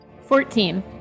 Fourteen